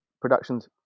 productions